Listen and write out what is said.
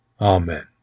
Amen